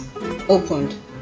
opened